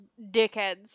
dickheads